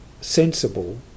sensible